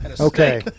Okay